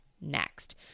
next